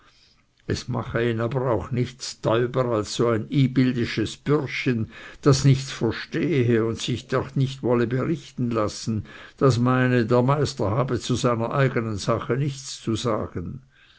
es mach ihn aber auch nichts täuber als so ein ybildisches bürschchen das nichts verstehe und sich doch nicht wolle brichten lassen das meine der meister habe zu seiner eigenen sache nichts zu sagen